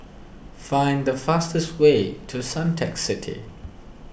find the fastest way to Suntec City